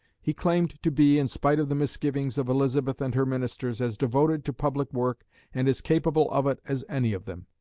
he claimed to be, in spite of the misgivings of elizabeth and her ministers, as devoted to public work and as capable of it as any of them.